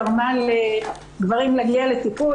גרמתי לגברים להגיע לטיפול,